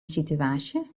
sitewaasje